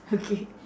okay